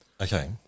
Okay